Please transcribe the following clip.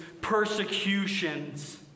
persecutions